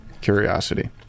curiosity